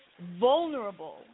vulnerable